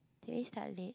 did we start late